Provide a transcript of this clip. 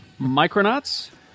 Micronauts